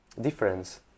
difference